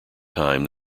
time